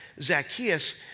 Zacchaeus